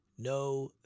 No